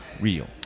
real